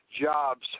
jobs